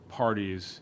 parties